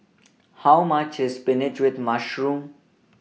How much IS Spinach with Mushroom